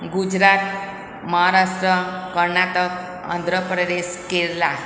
Gujarat Maharashtra Karnataka Andhra Pradesh Kerala